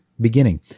beginning